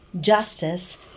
justice